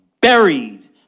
buried